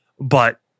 but-